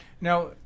Now